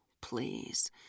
Please